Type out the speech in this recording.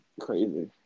crazy